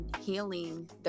healing